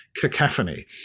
cacophony